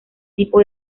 tipo